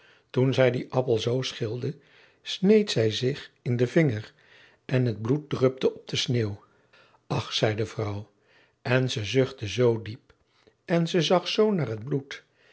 toen zij dien appel zoo schilde sneed zij zich in den vinger en het bloed drupte op de sneeuw ach zei de vrouw en ze zuchtte zoo diep en ze zag naar het bloed